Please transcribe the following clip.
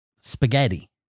spaghetti